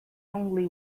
only